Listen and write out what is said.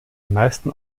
meisten